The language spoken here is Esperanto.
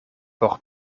por